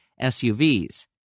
SUVs